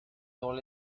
dans